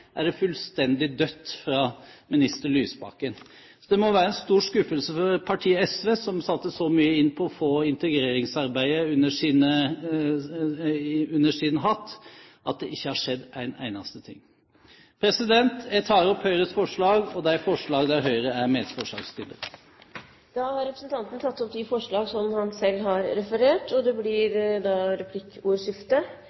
er det fullstendig dødt fra minister Lysbakken. Det må være en stor skuffelse for partiet SV, som satte så mye inn på å få integreringsarbeidet under sin hatt, at det ikke har skjedd en eneste ting. Jeg tar herved opp forslaget fra Høyre og Kristelig Folkeparti. Representanten Trond Helleland har tatt opp det forslaget som han refererte til. Det blir replikkordskifte. Jeg må si det